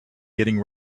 getting